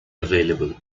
available